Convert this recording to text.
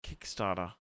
Kickstarter